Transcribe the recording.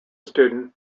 student